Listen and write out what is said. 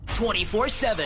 24-7